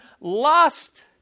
lust